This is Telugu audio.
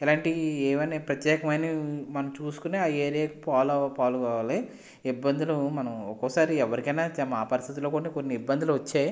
ఇలాంటివి ఏవైనా ప్రత్యేకమైన మనం చూసుకొని మనం ఆ ఏరియాకి పోవాలి ఇబ్బందులు మనము ఒక్కోసారి ఎవరికైనా అంతే మాకు కూడా కొన్నిసార్లు ఆ ఇబ్బందులు వచ్చాయి